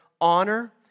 honor